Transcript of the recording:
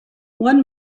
one